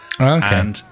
Okay